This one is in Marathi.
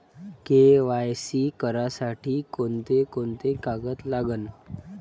के.वाय.सी करासाठी कोंते कोंते कागद लागन?